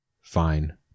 Fine